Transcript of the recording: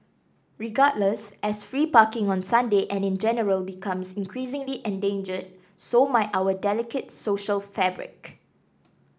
regardless as free parking on Sunday and in general becomes increasingly endangered so might our delicate social fabric